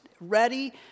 ready